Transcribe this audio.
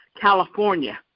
California